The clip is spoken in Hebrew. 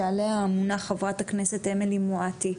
שעליה אמונה חברת הכנסת אמילי מואטי,